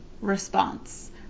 response